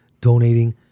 donating